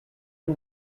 and